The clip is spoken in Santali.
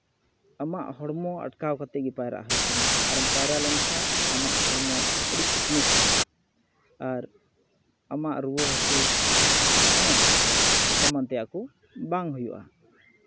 ᱟᱢᱟᱜ ᱦᱚᱲᱢᱚ ᱟᱴᱠᱟᱣ ᱠᱟᱛᱮᱫ ᱜᱮ ᱯᱟᱭᱨᱟᱜ ᱦᱩᱭᱩᱜ ᱛᱟᱢᱟ ᱟᱨᱮᱢ ᱯᱟᱭᱨᱟ ᱞᱮᱱᱠᱷᱟᱡ ᱟᱢᱟᱜ ᱦᱚᱲᱢᱚ ᱟᱹᱰᱤ ᱯᱷᱤᱴᱱᱮᱥ ᱛᱟᱦᱮᱱᱟ ᱟᱨ ᱟᱢᱟᱜ ᱨᱩᱣᱟᱹ ᱦᱟᱥᱩ ᱦᱮᱸ ᱮᱢᱟᱱ ᱛᱮᱭᱟᱜ ᱠᱚ ᱵᱟᱝ ᱦᱩᱭᱩᱜᱼᱟ